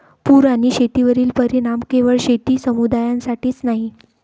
पूर आणि शेतीवरील परिणाम केवळ शेती समुदायासाठीच नाही